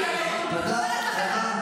תודה רבה.